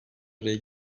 araya